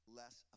less